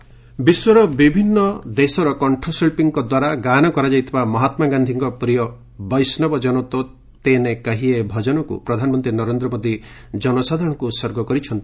PM ବୈଷ୍ଣବ ବିଶ୍ୱର ବିଭିନ୍ନ ଦେଶର କଣ୍ଠଶିଳ୍ପୀଙ୍କ ଦ୍ୱାରା ଗାୟନ କରାଯାଇଥିବା ମହାତ୍ମା ଗାନ୍ଧୀଙ୍କ ପ୍ରିୟ 'ବୈଷ୍ଣବ ଜନତୋ ତିନେ କହିଏ'ଭଜନକୁ ପ୍ରଧାନମନ୍ତ୍ରୀ ନରେନ୍ଦ୍ର ମୋଦି ଜନସାଧାରଣଙ୍କୁ ଉତ୍ଗର୍ଚ କରିଛନ୍ତି